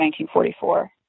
1944